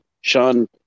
Sean